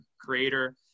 creator